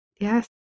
yes